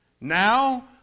Now